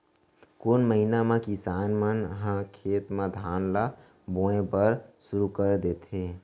कोन महीना मा किसान मन ह खेत म धान ला बोये बर शुरू कर देथे?